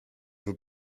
vous